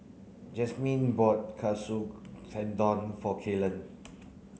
Jasmyn bought Katsu Tendon for Kellan